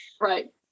Right